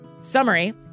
Summary